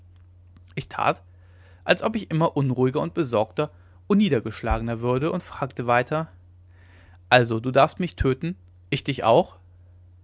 ich tat als ob ich immer unruhiger besorgter und niedergeschlagener würde und fragte weiter also du darfst mich töten ich dich auch